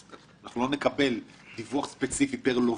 אנחנו לא נקבל דיווח ספציפי פר לווה.